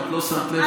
אם לא שמת לב,